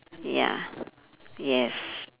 ya yes